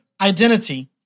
identity